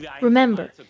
Remember